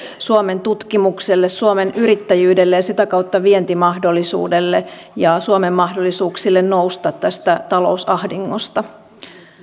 suomen tutkimukseen suomen yrittäjyyteen ja sitä kautta vientimahdollisuuteen ja suomen mahdollisuuksiin nousta tästä talousahdingosta